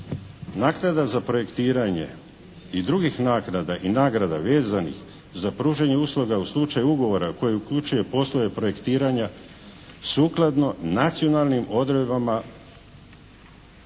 "Naknada za projektiranje i drugih naknada i nagrada vezanih za pružanje usluga u slučaju ugovora koji uključuje poslove projektiranja sukladno nacionalnim odredbama